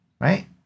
right